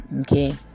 okay